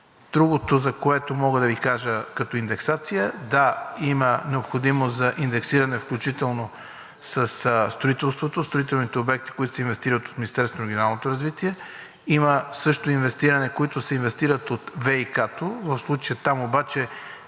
Другото, за което мога да Ви кажа като индексация – да, има необходимост за индексиране, включително със строителството, строителните обекти, които се инвестират от Министерството на регионалното развитие. Има също инвестиране, което се инвестира от ВиК. В случая там обаче